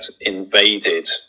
invaded